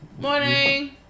Morning